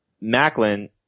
Macklin